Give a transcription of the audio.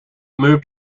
moved